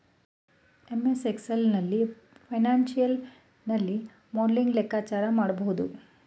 MS Excel ನಲ್ಲಿ financial ನಲ್ಲಿ modelling ಲೆಕ್ಕಾಚಾರ ಮಾಡಬಹುದು